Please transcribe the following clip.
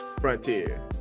Frontier